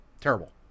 terrible